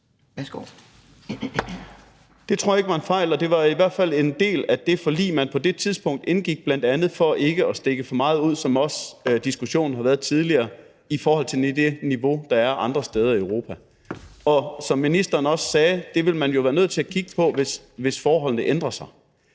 (S): Det tror jeg ikke var en fejl, og det var i hvert fald en del af det forlig, man på det tidspunkt indgik, bl.a. for ikke at stikke for meget ud, som diskussionen også har om været tidligere, i forhold til det niveau, der er andre steder i Europa. Og som ministeren også sagde, ville man jo være nødt til at kigge på det, hvis forholdene ændrer sig.